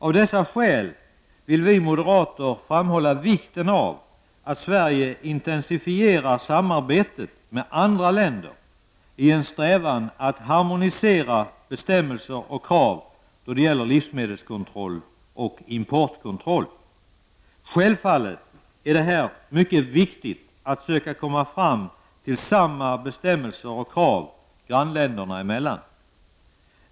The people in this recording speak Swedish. Av dessa skäl vill vi moderater framhålla vikten av att Sverige intensifierar samarbetet med andra länder i en strävan att harmonisera bestämmelser och krav då det gäller livsmedelskontroll och importkontroll. Självfallet är det mycket viktigt att man försöker komma fram till samma bestämmelser och krav grannländerna emellan.